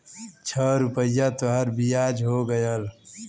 छह रुपइया तोहार बियाज हो गएल